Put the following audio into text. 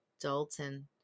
Dalton